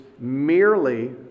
merely